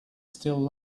still